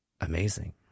amazing